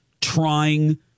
trying